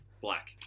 black